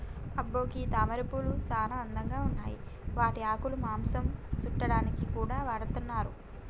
అబ్బో గీ తామరపూలు సానా అందంగా ఉన్నాయి వాటి ఆకులు మాంసం సుట్టాడానికి కూడా వాడతున్నారు